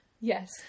yes